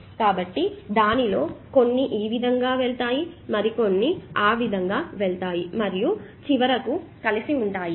కాబట్టి దానిలో కొన్ని ఈ విధంగా వెళ్తాయి మరియు కొన్ని ఆ విధంగా వెళ్తాయి మరియు చివరకు కలిసి ఉంటాయి